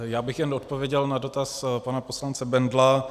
Já bych jen odpověděl na dotaz pana poslance Bendla.